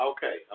Okay